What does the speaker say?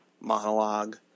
monologue